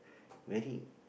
very